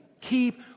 Keep